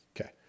Okay